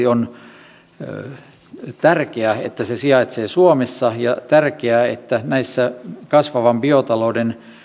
on tärkeää että euroopan metsäinstituutti sijaitsee suomessa ja on tärkeää että näissä kasvavan biotalouden